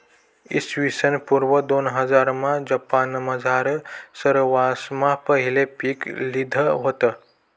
इसवीसन पूर्व दोनहजारमा जपानमझार सरवासमा पहिले पीक लिधं व्हतं